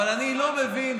אבל אני לא מבין,